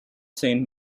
saint